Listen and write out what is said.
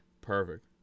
Perfect